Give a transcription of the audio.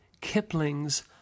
Kipling's